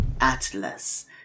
Atlas